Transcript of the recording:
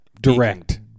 direct